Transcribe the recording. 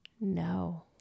No